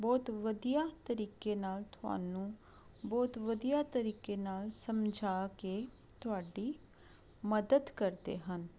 ਬਹੁਤ ਵਧੀਆ ਤਰੀਕੇ ਨਾਲ ਤੁਹਾਨੂੰ ਬਹੁਤ ਵਧੀਆ ਤਰੀਕੇ ਨਾਲ ਸਮਝਾ ਕੇ ਤੁਹਾਡੀ ਮਦਦ ਕਰਦੇ ਹਨ